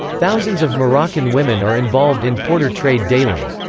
thousands of moroccan women are involved in porter trade daily.